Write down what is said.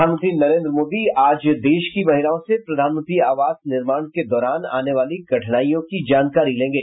प्रधानमंत्री नरेन्द्र मोदी आज देश की महिलाओं से प्रधानमंत्री आवास निर्माण के दौरान आने वाली कठिनाइयों की जानकारी लेंगे